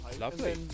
lovely